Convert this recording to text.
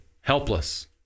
helpless